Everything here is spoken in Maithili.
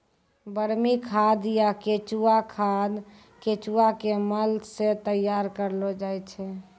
वर्मी खाद या केंचुआ खाद केंचुआ के मल सॅ तैयार करलो जाय छै